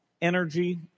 energy